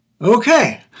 Okay